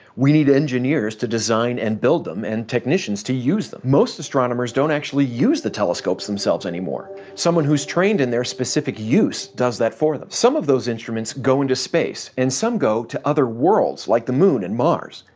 we need engineers to design and build them and technicians to use them. most astronomers don't actually use the telescopes themselves anymore someone who's trained in their specific use does that for them. some of those instruments go into space, and some go to other worlds, like the moon and mars.